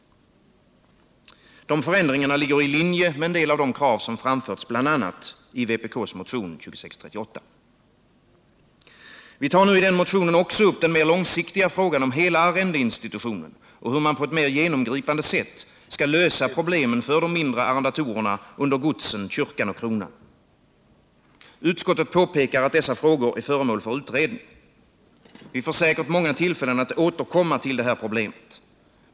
Förändringarna ligger i linje med en del av de krav som framförts bl.a. i vpk:s motion 2638. Vi tar i denna motion också upp den mer långsiktiga frågan om hela arrendeinstitutionen och hur man på ett mer genomgripande sätt skall lösa problemen för de mindre arrendatorerna under godsen, kyrkan och kronan. Utskottet påpekar att dessa frågor är föremål för utredning. Vi får säkert många tillfällen att återkomma till detta problem.